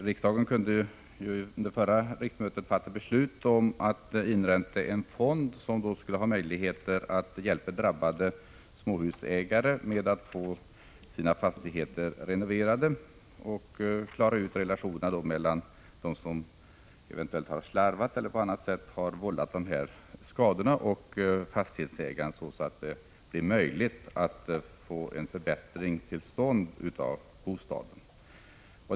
Riksdagen kunde under förra riksmötet fatta beslut om att inrätta en fond som skulle ha möjligheter att hjälpa drabbade småhusägare med att få sina fastigheter renoverade och att klara ut relationerna mellan fastighetsägarna och dem som eventuellt har slarvat eller på annat sätt vållat skadorna, så att det blir möjligt att få en förbättring till stånd.